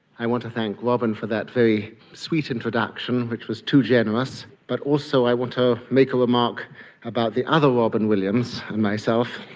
i want to thank robyn for that very sweet introduction, which was too generous, but also i want to make a remark about the other robin williams and myself.